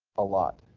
a lot.